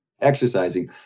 exercising